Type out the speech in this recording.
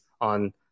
on